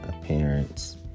appearance